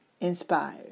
inspired